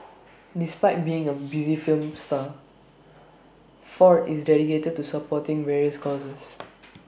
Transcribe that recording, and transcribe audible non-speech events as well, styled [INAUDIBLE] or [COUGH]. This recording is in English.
[NOISE] despite being A busy film star Ford is dedicated to supporting various causes